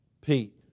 Pete